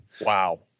wow